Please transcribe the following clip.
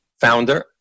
founder